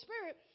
Spirit